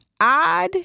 odd